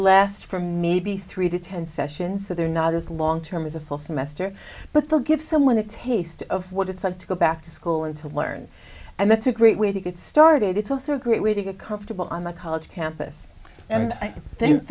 last for maybe three to ten sessions so they're not as long term as a full semester but they'll give someone a taste of what it's like to go back to school and to learn and that's a great way to get started it's also a great way to get comfortable on the college campus and i think